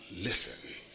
Listen